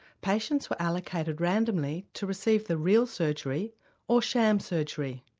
patients were allocated randomly to receive the real surgery or sham surgery,